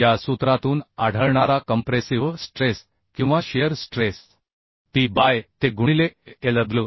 या सूत्रातून आढळणारा कंप्रेसिव्ह स्ट्रेस किंवा shear stress P by te गुणिले Lw